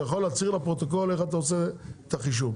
אתה יכול להצהיר לפרוטוקול איך אתה עושה את החישוב?